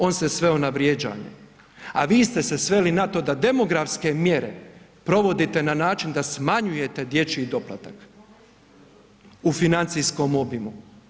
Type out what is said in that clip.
On se sveo na vrijeđanje, a vi ste se sveli na to da demografske mjere provodit na način da smanjujete dječji doplatak u financijskom obimu.